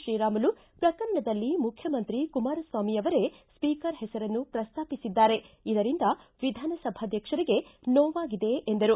ತ್ರೀರಾಮುಲು ಪ್ರಕರಣದಲ್ಲಿ ಮುಖ್ಯಮಂತ್ರಿ ಕುಮಾರಸ್ವಾಮಿಯವರೇ ಸ್ವೀಕರ್ ಹೆಸರನ್ನು ಪ್ರಸ್ತಾಪಿಸಿದ್ದಾರೆ ಇದರಿಂದ ವಿಧಾನಸಭಾಧ್ಯಕ್ಷರಿಗೆ ನೋವಾಗಿದೆ ಎಂದರು